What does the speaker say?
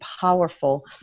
powerful